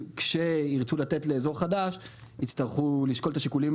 כשירצו לתת לאזור חדש יצטרכו גם את השיקולים